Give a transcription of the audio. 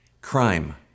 crime